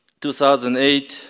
2008